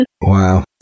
wow